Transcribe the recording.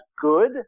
good